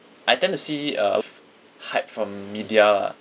I tend to see a f~ hype from media lah